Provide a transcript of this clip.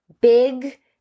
big